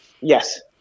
Yes